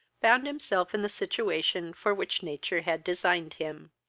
found himself in the situation for which nature had designed him.